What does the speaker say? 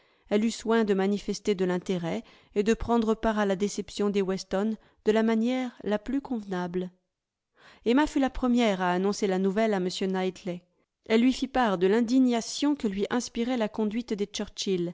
elle eut soin de manifester de l'intérêt et de prendre part à la déception des weston de la manière la plus convenable emma fut la première à annoncer la nouvelle à m knightley elle lui fit part de l'indignation que lui inspirait la conduite des